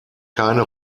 keine